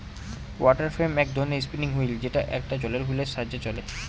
water frame এক ধরনের spinning wheel যেটা একটা জলের হুইলের সাহায্যে চলে